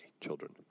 children